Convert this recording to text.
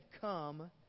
come